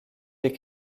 des